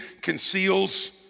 conceals